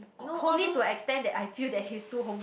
homely to an extent that I feel that he's too home~